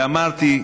ואמרתי,